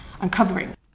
uncovering